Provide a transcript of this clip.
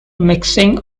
mixing